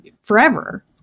forever